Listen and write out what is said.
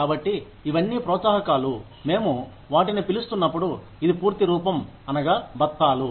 కాబట్టి ఇవన్నీ ప్రోత్సాహకాలు మేము వాటిని పిలుస్తున్నప్పుడు ఇది పూర్తి రూపం అనగా బత్తాలు